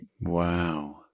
Wow